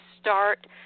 start